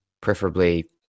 preferably